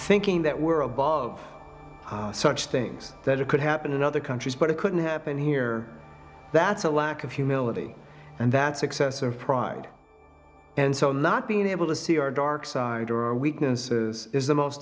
thinking that we're above such things that it could happen in other countries but it couldn't happen here that's a lack of humility and that's excessive pride and so not being able to see our dark side or our weaknesses is the most